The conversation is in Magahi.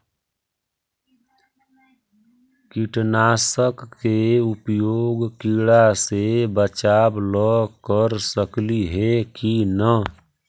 कीटनाशक के उपयोग किड़ा से बचाव ल कर सकली हे की न?